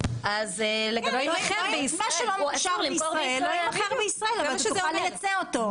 לא יימכר בישראל אבל תוכל לייצא אותו.